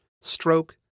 stroke